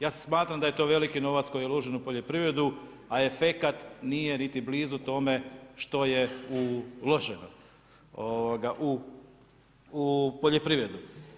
Ja smatram da je to veliki novac koji je uložen u poljoprivredu, a efekat nije niti blizu tome što je uloženo u poljoprivredu.